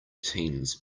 teens